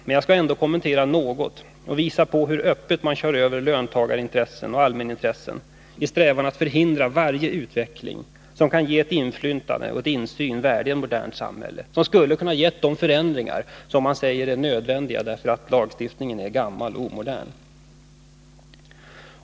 Men jag skall ändå kommentera något och visa hur öppet man kör över löntagarintressen och allmänintressen i sin strävan att förhindra varje utveckling som kan ge inflytande och insyn värdiga ett modernt samhälle, som kan ge de förändringar man säger är nödvändiga därför att lagstiftningen är gammal och omodern.